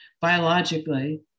biologically